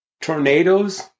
tornadoes